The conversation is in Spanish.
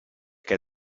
que